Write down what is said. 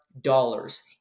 dollars